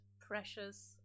precious